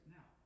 Now